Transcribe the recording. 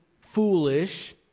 foolish